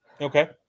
Okay